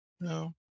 No